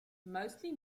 mostly